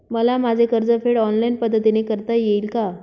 मला माझे कर्जफेड ऑनलाइन पद्धतीने करता येईल का?